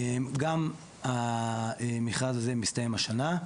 גם המכרז הזה מסתיים השנה.